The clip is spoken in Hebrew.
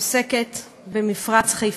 שעוסקת במפרץ חיפה,